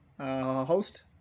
Host